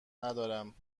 ندارم